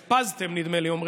נֶחְפַּזְתֶּם, נדמה לי, אומרים,